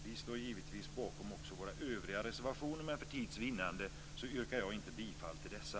Vi står givetvis också bakom våra övriga reservationer, men för tids vinnande yrkar jag inte bifall till dessa.